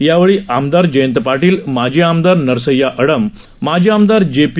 यावेळीआमदारजयंतपाटील माजीआमदारनरसय्याआडम माजीआमदारजे पी